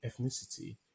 ethnicity